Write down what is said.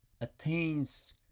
attains